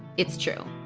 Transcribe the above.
it's true.